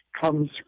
comes